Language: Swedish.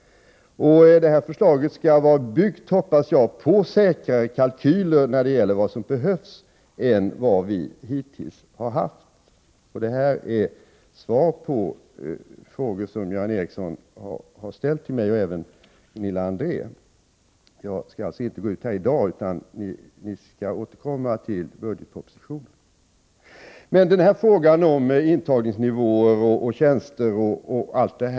Och detta förslag hoppas jag skall vara byggt på säkrare kalkyler över vad som behövs än vad vi hittills har haft. Det är svaret på frågor som Göran Ericsson och även Gunilla André har ställt till mig. Jag skall alltså inte uttala mig här i dag, utan ni får återkomma när budgetpropositionen behandlas. Intagningsnivåer, tjänster etc.